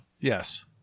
Yes